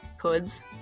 hoods